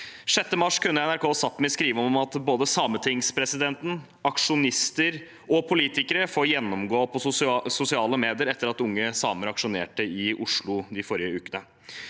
6. mars skrev NRK Sápmi at både sametingspresidenten, aksjonister og politikere får gjennomgå på sosiale medier etter at unge samer aksjonerte i Oslo i forrige uke.